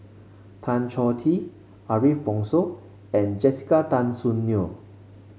Tan Choh Tee Ariff Bongso and Jessica Tan Soon Neo